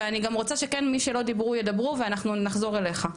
ואני רוצה שכן מי שלא דיברו ידברו ואנחנו נחזור אליך.